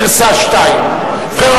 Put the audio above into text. גרסה 2. אם כן,